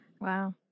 wow